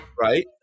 right